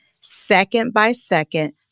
second-by-second